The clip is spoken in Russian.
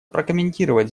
прокомментировать